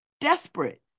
desperate